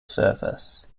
surface